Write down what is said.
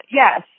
yes